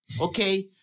okay